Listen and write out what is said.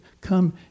come